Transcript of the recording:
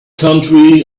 country